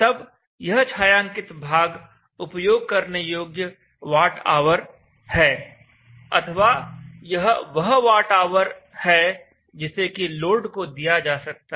तब यह छायांकित भाग उपयोग करने योग्य वाट ऑवर watt hour अथवा Wh है अथवा यह वह वाट ऑवर watt hour अथवा Wh है जिसे कि लोड को दिया जा सकता है